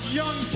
young